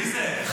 מי זה מדבר?